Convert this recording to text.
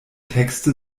texte